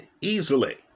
easily